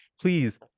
please